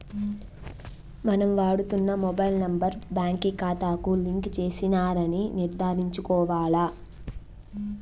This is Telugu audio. మనం వాడుతున్న మొబైల్ నెంబర్ బాంకీ కాతాకు లింక్ చేసినారని నిర్ధారించుకోవాల్ల